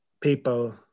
people